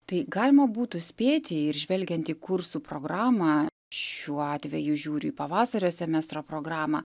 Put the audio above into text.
tai galima būtų spėti ir žvelgiant į kursų programą šiuo atveju žiūriu į pavasario semestro programą